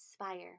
inspire